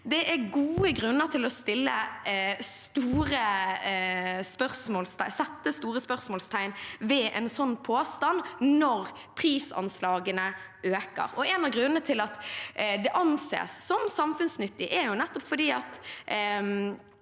Det er gode grunner til å sette store spørsmålstegn ved en sånn påstand når prisanslagene øker. En av grunnene til at det anses som samfunnsnyttig, er nettopp at